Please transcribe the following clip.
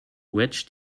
wedge